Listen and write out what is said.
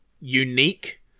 unique